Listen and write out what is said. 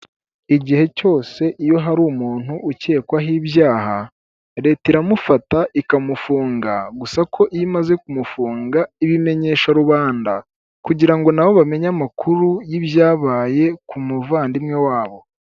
Igihe cyose iyo hari umuntu ukekwaho ibyaha leta iramufata ikamufunga gusa ko iyo imaze kumufunga ibimenyesha rubanda kugira ngo nabo bamenye amakuru y'ibyabaye ku muvandimwe wabo.